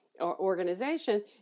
organization